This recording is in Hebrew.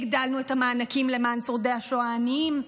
הגדלנו את המענקים למען שורדי השואה העניים,